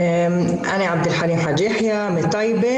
אני עבד אלחלים חאג' יחיא מטייבה.